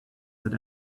that